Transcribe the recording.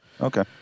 Okay